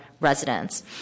residents